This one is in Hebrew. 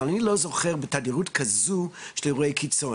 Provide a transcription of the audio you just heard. אבל אני לא זוכר בתדירות כזו של אירועי קיצון